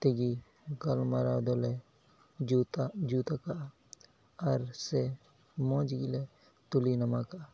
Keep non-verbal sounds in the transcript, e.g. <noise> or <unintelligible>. ᱛᱮᱜᱮ ᱜᱟᱞᱢᱟᱨᱟᱣ ᱫᱚᱞᱮ <unintelligible> ᱡᱩᱛ ᱠᱟᱜᱼᱟ ᱟᱨ ᱥᱮ ᱢᱚᱡᱽ ᱜᱮᱞᱮ ᱛᱩᱞᱟᱹ ᱱᱟᱢᱟ ᱠᱟᱜᱼᱟ